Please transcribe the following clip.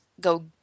go